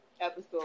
episode